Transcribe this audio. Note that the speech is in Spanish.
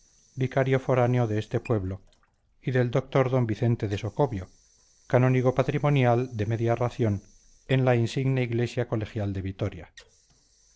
vicario foráneo de este pueblo y del dr d vicente de socobio canónigo patrimonial de media ración en la insigne iglesia colegial de vitoria